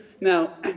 Now